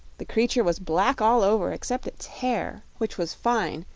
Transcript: the creature was black all over except its hair, which was fine,